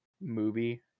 movie